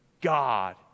God